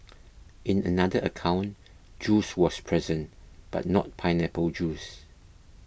in another account juice was present but not pineapple juice